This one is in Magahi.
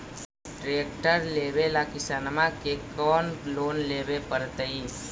ट्रेक्टर लेवेला किसान के कौन लोन लेवे पड़तई?